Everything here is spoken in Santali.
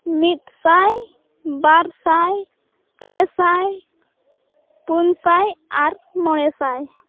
ᱢᱤᱫ ᱥᱟᱭ ᱵᱟᱨ ᱥᱟᱭ ᱯᱮ ᱥᱟᱭ ᱯᱩᱱ ᱥᱟᱭ ᱟᱨ ᱢᱚᱬᱮ ᱥᱟᱭ